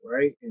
right